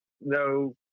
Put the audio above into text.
no